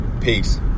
peace